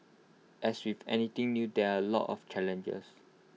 as with anything new there are A lot of challenges